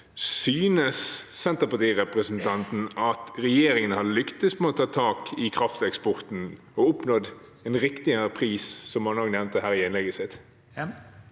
Synes Senterparti-representanten at regjeringen har lyktes med å ta tak i krafteksporten og oppnå en riktigere pris, som han også nevnte i innlegget sitt?